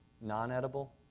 non-edible